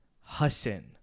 Hassan